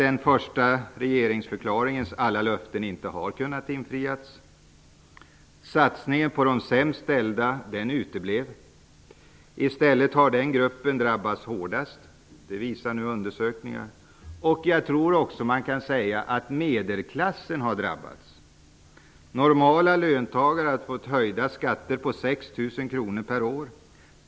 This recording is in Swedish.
Den första regeringsförklaringens alla löften har inte kunnat infrias. Satsningen på de sämst ställda uteblev. I stället har den gruppen drabbats hårdast enligt olika undersökningar. Jag tror ockå att man kan säga att medelklassen har drabbats. Normala löntagares skatter har höjts med 6 000 kr per år.